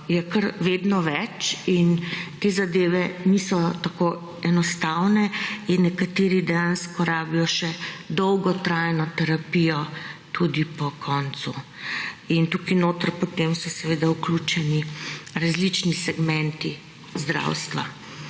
je kar vedno več in te zadeve niso tako enostavne in nekateri dejansko rabijo še dolgotrajno terapijo tudi po koncu. In tukaj notri potem so vključeni različni segmenti zdravstva.